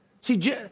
See